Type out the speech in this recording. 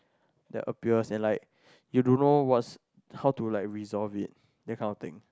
that appears and like you don't know what's how to like resolve it that kind of thing